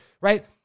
right